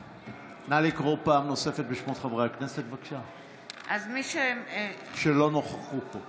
נא לקרוא פעם נוספת בשמות חברי הכנסת שלא נכחו פה,